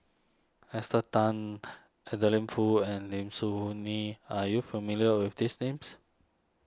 Esther Tan Adeline Foo and Lim Soo Ong Ngee are you familiar with these names